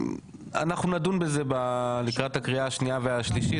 אנחנו נדון בזה לקראת הקריאה השנייה והשלישית,